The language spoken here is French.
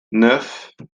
neuf